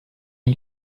uma